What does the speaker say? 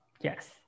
Yes